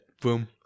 Boom